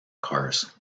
cars